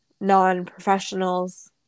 non-professionals